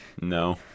No